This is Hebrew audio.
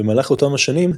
במהלך אותם השנים,